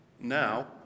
Now